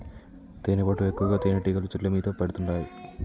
తేనెపట్టు ఎక్కువగా తేనెటీగలు చెట్ల మీద పెడుతుంటాయి